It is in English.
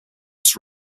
was